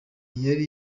yari